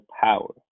power